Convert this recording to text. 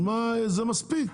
וזה מספיק.